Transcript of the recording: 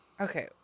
Okay